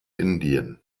indien